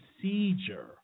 procedure